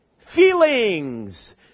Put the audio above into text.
Feelings